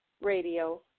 radio